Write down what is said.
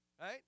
right